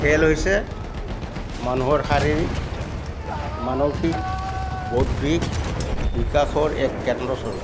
খেল হৈছে মানুহৰ শাৰীৰিক মানসিক বৌদ্ধিক বিকাশৰ এক কেন্দ্ৰস্বৰূপ